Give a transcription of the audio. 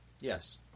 Yes